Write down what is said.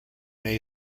may